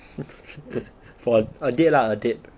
for a date lah a date